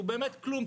הוא באמת כלום.